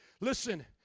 Listen